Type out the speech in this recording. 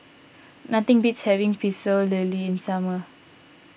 nothing beats having Pecel Lele in summer